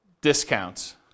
discounts